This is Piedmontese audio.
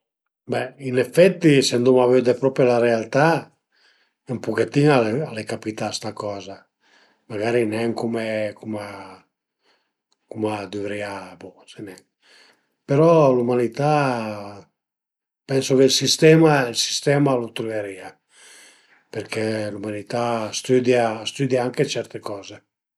Be in effetti se anduma vëddi propi la realtà ën puchetin al e capità sta coza magari nen cume cuma cuma a dëvrìa bo sai nen, però l'ümanità, pensu che ël sistema ël sistema a lu truverìa perché l'ümanità a stüdia a stüdia amche certe coze